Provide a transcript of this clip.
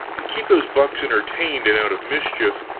keep those bucks entertained and out of mischief,